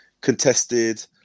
Contested